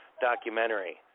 documentary